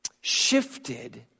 shifted